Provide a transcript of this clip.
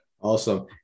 Awesome